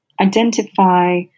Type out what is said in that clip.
identify